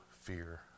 fear